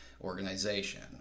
Organization